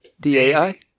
D-A-I